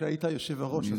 כשהיית היושב-ראש.